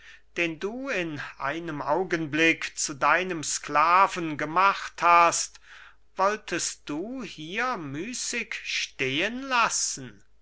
den du in einem augenblick zu deinem sklaven gemacht hast wolltest du hier müßig stehen lassen